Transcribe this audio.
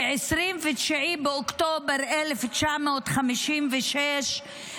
ב-29 באוקטובר 1956,